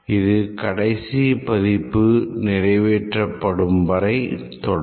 இது கடைசி பதிப்பு நிறைவேற்றப்படும் வரை தொடரும்